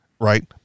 right